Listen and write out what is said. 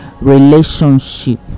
relationship